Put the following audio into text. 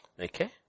okay